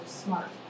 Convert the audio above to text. smart